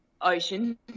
ocean